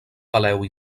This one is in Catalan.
peleu